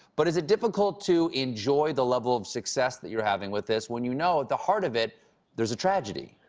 but is it difficult to enjoy the level of success you're having with this when you know at the heart of it there's a tragedy,